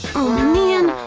man!